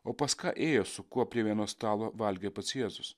o pas ką ėjo su kuo prie vieno stalo valgė pats jėzus